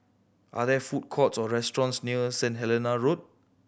are there food courts or restaurants near Saint Helena Road